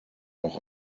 auch